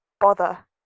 bother